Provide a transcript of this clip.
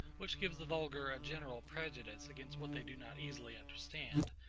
which gives the vulgar a general prejudice against what they do not easily understand,